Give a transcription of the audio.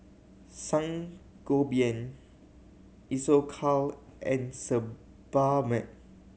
Sangobion Isocal and Sebamed